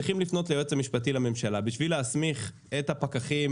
צריכים לפנות ליועץ המשפטי לממשלה בשביל להסמיך את הפקחים